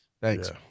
Thanks